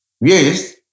Yes